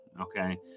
okay